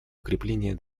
укрепление